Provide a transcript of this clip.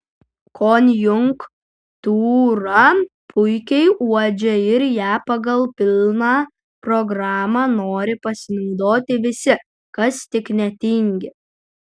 konjunktūrą puikiai uodžia ir ja pagal pilną programą nori pasinaudoti visi kas tik netingi